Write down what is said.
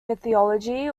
mythology